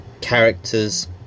characters